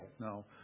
No